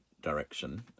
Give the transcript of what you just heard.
direction